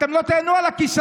אתם לא תיהנו על הכיסאות.